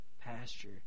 pasture